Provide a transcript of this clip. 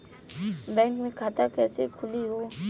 Bank मे खाता कईसे खुली हो?